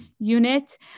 unit